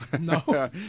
No